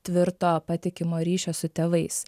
tvirto patikimo ryšio su tėvais